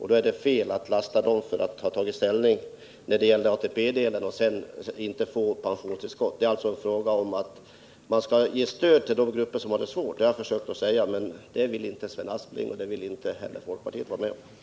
Då är det fel att lasta dem för att de tagit ställning i fråga om ATP-delen och därför inte låta dem få pensionstillskott. Vad det är fråga om är att man skall ge stöd till de grupper som har det svårt. Det har jag försökt göra klart. Det vill emellertid inte Sven Nr 113 Aspling och inte heller folkpartiet vara med om. Fredagen den